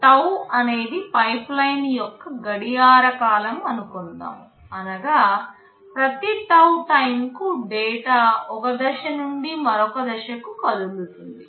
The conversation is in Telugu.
టౌ అనేది పైప్లైన్ యొక్క గడియార కాలం అనుకొందాం అనగా ప్రతి టౌ టైమ్ కు డేటా ఒక దశ నుండి మరొక దశకు కదులుతుంది